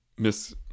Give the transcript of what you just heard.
miss